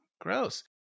Gross